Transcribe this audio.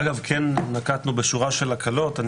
אגב, כן נקטנו בשורה של הקלות.